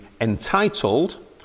entitled